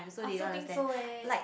I also think so eh